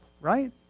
Right